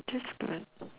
disperse